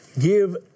Give